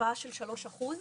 השפעה של שלושה אחוזים.